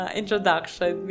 introduction